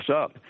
up